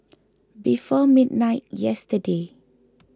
before midnight yesterday